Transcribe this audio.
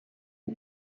del